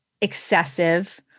excessive